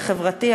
החברתי,